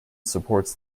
supports